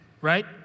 right